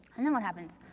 and then what happens?